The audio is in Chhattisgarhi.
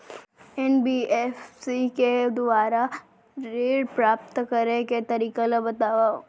एन.बी.एफ.सी के दुवारा ऋण प्राप्त करे के तरीका ल बतावव?